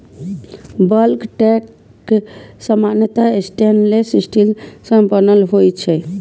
bulk tank सामान्यतः stainless steel सं बनल होइ छै